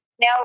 now